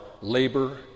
labor